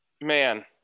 Man